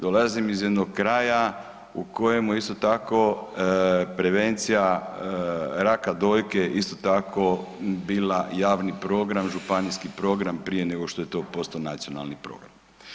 Dolazim iz jednog kraja u kojemu isto tako prevencija raka dojke isto tako bila javni program, županijski program prije nego što je to postao nacionalni program.